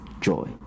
joy